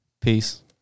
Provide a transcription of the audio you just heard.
peace